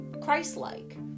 Christ-like